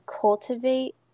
cultivate